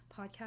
podcast